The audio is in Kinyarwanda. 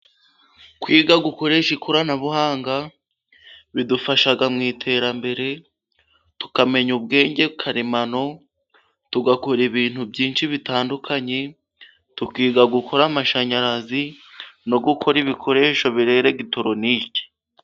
Kwiga gukoresha ikoranabuhanga bidufasha mu iterambere, tukamenya ubwenge karemano, tugakora ibintu byinshi bitandukanye ,tukiga gukora amashanyarazi no gukora ibikoresho biri elegitoronike.